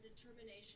determination